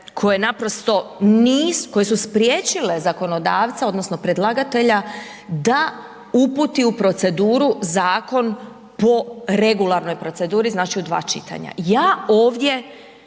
su spriječile zakonodavca odnosno predlagatelja da uputi u proceduru zakon po regularnoj proceduri, znači od dva čitanja. Ja ovdje